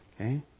Okay